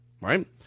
right